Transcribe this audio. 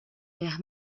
l’air